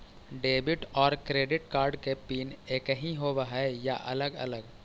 Debit और credit card के PIN एकही होव हइ या अलग अलग?